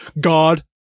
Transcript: God